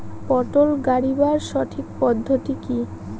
পটল গারিবার সঠিক পদ্ধতি কি?